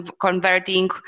converting